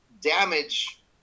damage